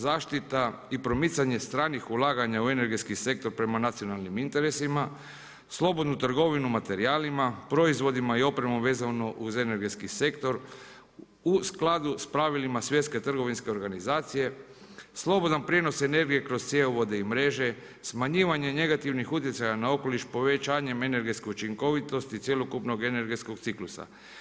Zaštita i promicanje stranih ulaganja u energetski sektor prema nacionalnim interesima, slobodnu trgovinu materijalima, proizvodima i opremom veznu uz energetski sektor u skladu s pravilima Svjetske trgovinske organizacije, slobodan prijenos energije kroz cjevovode i mreže, smanjivanje negativnih utjecaja na okoliš, povećanjem energetske učinkovitosti i cjelokupnog energetskog ciklusa.